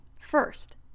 first